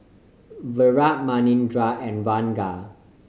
Virat Manindra and Ranga